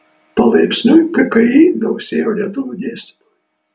palaipsniui kki gausėjo lietuvių dėstytojų